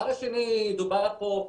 דבר שני, דובר פה,